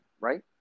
right